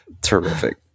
terrific